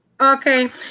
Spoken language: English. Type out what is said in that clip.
Okay